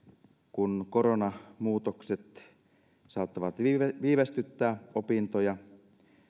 kun koronamuutokset saattavat viivästyttää opintoja